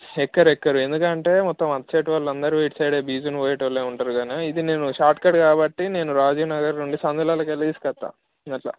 ఎక్కరు ఎక్కరు ఎందుకంటే మొత్తం అటు సైడ్ వాళ్ళందరూ ఇటు సైడ్ బీజన్ పోయేటోళ్ళే ఉంటారు గానీ ఇది నేను షార్ట్కట్ కాబట్టి రాజీవ్నగర్ నుండి సందులల్లోకెళ్ళి తీసుకొస్తా గట్లా